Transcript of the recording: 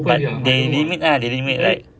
but they limit ah they limit like